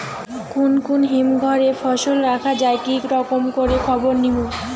কুন কুন হিমঘর এ ফসল রাখা যায় কি রকম করে খবর নিমু?